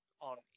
on